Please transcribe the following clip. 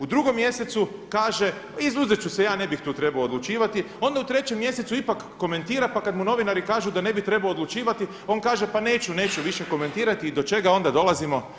U drugom mjesecu kaže a izuzeti ću se ja, ne bih tu trebao odlučivati, onda u 3 mjesecu ipak komentira, pa kada mu novinari kažu da ne bi trebao odlučivati on kaže pa neću, neću više komentirati i do čega onda dolazimo?